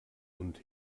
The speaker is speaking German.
und